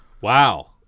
Wow